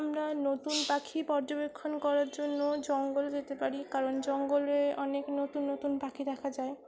আমরা নতুন পাখি পর্যবেক্ষণ করার জন্য জঙ্গল যেতে পারি কারণ জঙ্গলে অনেক নতুন নতুন পাখি দেখা যায়